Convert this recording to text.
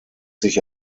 sich